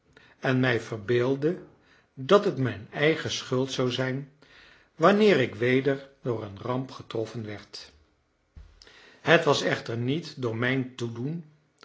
en mij verbeeldde dat het mijn eigen schuld zou zijn wanneer ik weder door een ramp getroffen werd het was echter niet door mijn toedoen